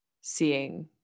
seeing